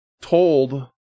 told